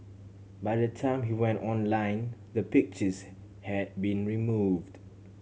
by the time he went online the pictures had been removed